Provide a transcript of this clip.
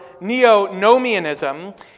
neo-nomianism